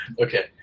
Okay